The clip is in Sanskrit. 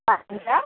पञ्च